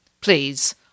please